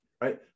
right